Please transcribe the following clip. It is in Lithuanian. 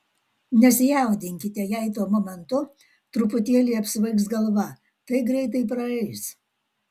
nesijaudinkite jei tuo momentu truputėlį apsvaigs galva tai greitai praeis